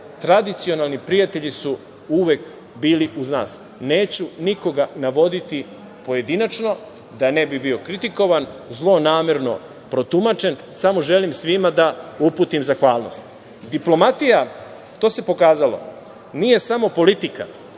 tradicionalni prijatelji su uvek bilo uz nas. Neću nikoga navoditi pojedinačno da ne bih bio kritikovan, zlonamerno protumačen, samo želim svima da uputim zahvalnost. Diplomatija, to se pokazalo, nije samo politika.